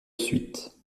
suites